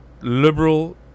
liberal